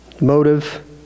motive